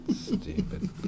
Stupid